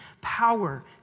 Power